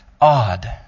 odd